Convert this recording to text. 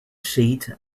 sheet